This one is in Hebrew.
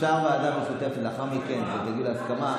אפשר ועדה משותפת לאחר מכן, כשתגיעו להסכמה.